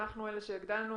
אנחנו אלה שהגדלנו,